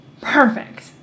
Perfect